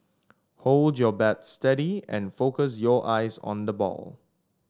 hold your bat steady and focus your eyes on the ball